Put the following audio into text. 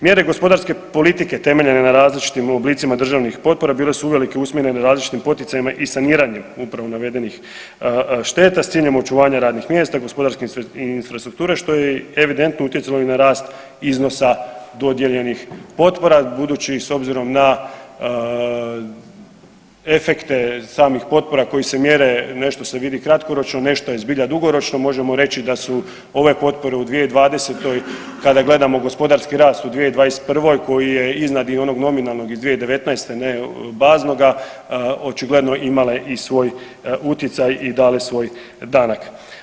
Mjere gospodarske politike temeljene na različitim oblicima državnih potpora bile su uvelike usmjerene različitim poticajima i saniranjem upravo navedenih šteta s ciljem očuvanja radnih mjesta, gospodarske infrastrukture što je evidentno utjecalo i na rast iznosa dodijeljenih potpora budući s obzirom na efekte samih potpora koje se mjere, nešto se vidi kratkoročno nešto je zbilja dugoročno možemo reći da su ove potpore u 2020. kada gledamo gospodarski rast u 2021. koji je iznad i onog nominalnog iz 2019. ne baznoga očigledno imale i svoj utjecaj i dale svoj danak.